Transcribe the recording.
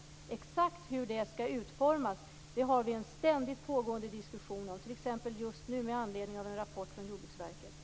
Exakt hur det skall gå till har vi en ständigt pågående diskussion om, t.ex. just nu med anledning av en rapport från Jordbruksverket.